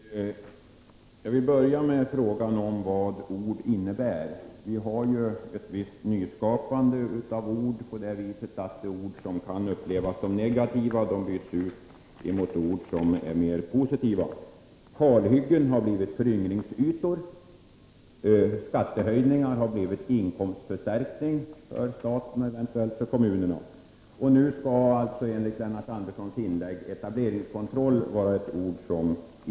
Herr talman! Till att börja med gäller det frågan om olika ords innebörd. På detta område förekommer ett visst nyskapande så till vida att ord som kan upplevas som negativa byts ut mot ord som låter mer positiva. Kalhyggen har blivit föryngringsytor, skattehöjningar har blivit inkomstförstärkningar för staten och eventuellt kommunerna, och nu skall alltså enligt Lennart Andersson ordet etableringskontroll inte kunna tillämpas.